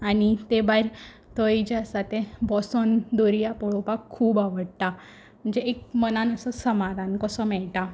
आनी ते भायर थंय जें आसा तें बोसोन दोर्या पोळोवपाक खूब आवडटा म्हणजे एक मनान असो समाधान कोसो मेयटा